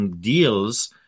deals